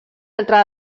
altra